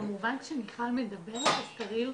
היו לנו קשיים טכניים,